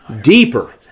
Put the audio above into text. Deeper